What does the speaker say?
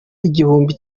igihumbi